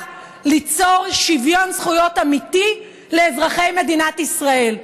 ליצור שוויון זכויות אמיתי לאזרחי מדינת ישראל.